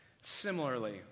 Similarly